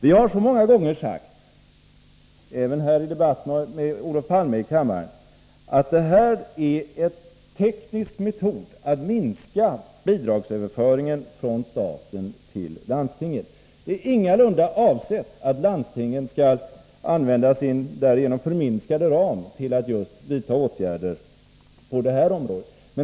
Vi har många gånger sagt — även i debatter här i kammaren med Olof Palme — att det är fråga om en teknisk metod att minska bidragsöverföringen från staten till landstingen. Avsikten är ingalunda att landstingen skall använda sin därigenom förminskade ram till att vidta åtgärder på just detta område.